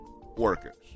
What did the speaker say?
workers